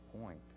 point